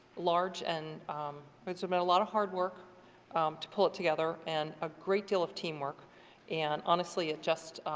large and there's but so been a lot of hard work to pull it together and a great deal of teamwork and honestly it just,